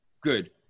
good